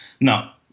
Now